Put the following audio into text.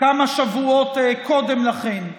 כמה שבועות קודם לכן,